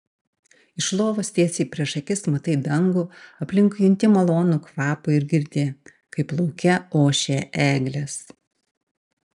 iš lovos tiesiai prieš akis matai dangų aplink junti malonų kvapą ir girdi kaip lauke ošia eglės